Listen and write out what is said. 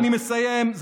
אני מסיים.